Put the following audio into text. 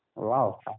wow